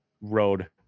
road